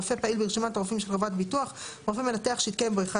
"רופא פעיל ברשימת הרופאים של חברת ביטוח" רופא מנתח שהתקיים בו אחד